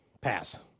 Pass